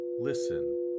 listen